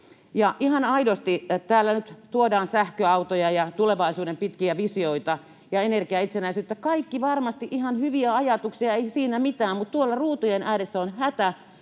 ihan aidosti, täällä nyt tuodaan sähköautoja ja tulevaisuuden pitkiä visioita ja energiaitsenäisyyttä — kaikki varmasti ihan hyviä ajatuksia, ei siinä mitään — mutta tuolla ruutujen ääressä on hätä.